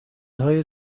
های